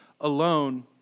alone